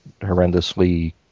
horrendously